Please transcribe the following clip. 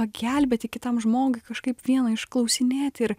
pagelbėti kitam žmogui kažkaip vieną išklausinėti ir